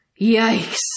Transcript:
Yikes